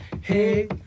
Hey